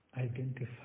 identify